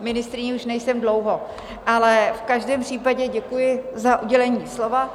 Ministryní už nejsem dlouho, ale v každém případě děkuji za udělení slova.